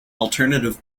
alternative